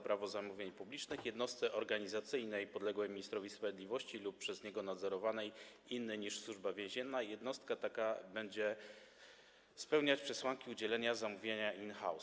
Prawo zamówień publicznych jednostce organizacyjnej podległej ministrowi sprawiedliwości lub przez niego nadzorowanej innej niż Służba Więzienna jednostka taka będzie spełniać przesłanki udzielenia zamówienia in-house.